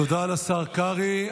תודה לשר קרעי.